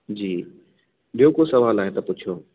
जी ॿियो को सुवाल आहे त पुछियो